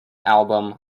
album